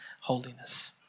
holiness